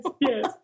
yes